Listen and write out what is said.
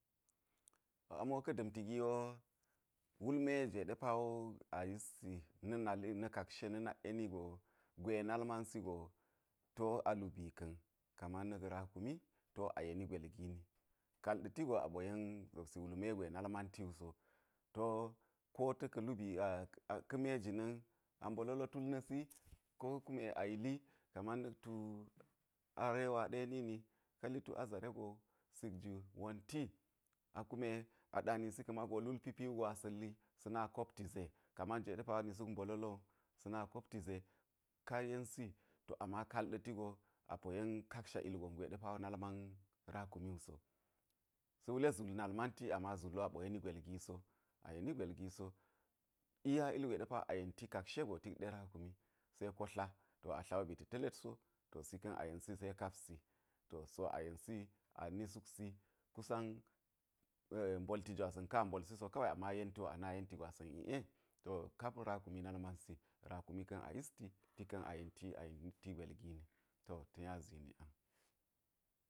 To ami wo ka̱ da̱mti gi wo wul me jwe ɗe pa wo a yissi a yeni ka̱ na̱ nali na̱ kakshe na̱ nakˈeni go gwe nal mansi go ti wo a lubi ka̱n kaman na̱k rakumi ti wo a yeni gwel gini kaal ɗa̱ ti go a ɓo yen zobsi wul me gwe nal manti wu so kota̱ ka̱ lubii ka̱ me jina̱n mbololo tul na̱si, ko kume a yili kaman tu arewa ɗe nini ka̱ li tu azare go sik ju wonti a kume ɗa̱nisi ka̱ mago lulpi pi wugo asa̱ li sa̱ na kopti ze kaman jwe ɗe pa wo ni suk mbololo wu sa̱ kopti ze ka yensi to ama kaal ɗa̱ ti go a po yen kaksha ilgwe nal rakumi wu so sa̱ wule zul nal manti, ama zul wo a ɓo yeni gwel gi so a yeni gwel gi so iya ilgwe a yenti kakashe tik ɗe rakumi seko tla a tla wo ba̱ta̱ ta̱let so to si ka̱n a yensi se kapsi to si wo a yensi wi a ni suksi kusan mbolti jwasa̱n ka̱n a mbolsi so ka we ama yenti wo a na yenti gwasa̱n iˈe to kap rakumi nal mansi rakumi ka̱n a yisti tika̱n a yenti a yenitti gwel gini to ta̱ nya zini ang.